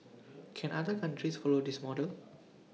can other countries follow this model